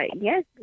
yes